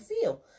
feel